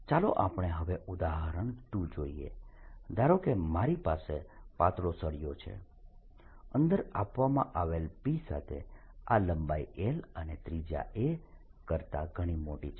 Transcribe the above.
ચાલો આપણે હવે ઉદાહરણ 2 જોઈએ ધારો કે મારી પાસે પાતળો સળિયો છે અંદર આપવામાં આવેલ P સાથે આ લંબાઈ l એ ત્રિજ્યા a કરતા ઘણી મોટી છે